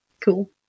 cool